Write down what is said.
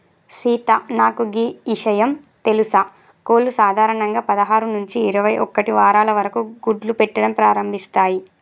సీత నాకు గీ ఇషయం తెలుసా కోళ్లు సాధారణంగా పదహారు నుంచి ఇరవై ఒక్కటి వారాల వరకు గుడ్లు పెట్టడం ప్రారంభిస్తాయి